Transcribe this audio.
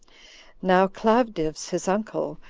now claudius, his uncle,